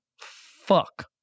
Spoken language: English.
Fuck